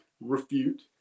refute